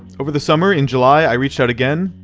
over the summer, in july, i reached out again.